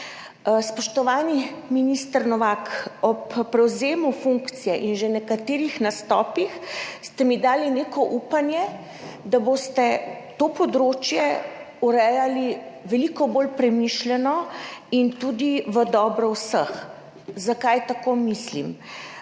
Spoštovani minister Novak, ob prevzemu funkcije in že v nekaterih nastopih ste mi dali neko upanje, da boste to področje urejali veliko bolj premišljeno in tudi v dobro vseh. Zakaj tako mislim?